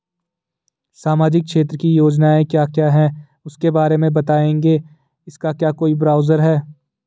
सामाजिक क्षेत्र की योजनाएँ क्या क्या हैं उसके बारे में बताएँगे इसका क्या कोई ब्राउज़र है?